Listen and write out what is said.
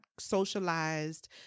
Socialized